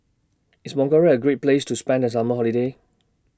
IS A Great Place to spend The Summer Holiday